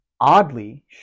oddly